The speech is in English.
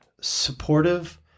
supportive